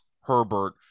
Herbert